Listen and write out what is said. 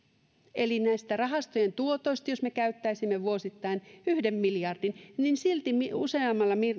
eli näistä rahastojen tuotoista jos me käyttäisimme vuosittain yhden miljardin niin silti useammalla